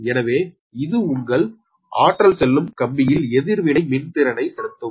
எனவே இது உங்கள் ஆற்றல் செல்லும் கம்பியில் எதிர்வினை மின்திறனை செலுத்தும்